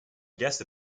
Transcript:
guest